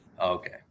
Okay